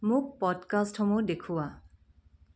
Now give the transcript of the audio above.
মোক পডকাষ্টসমূহ দেখুওৱা